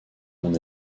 mon